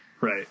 Right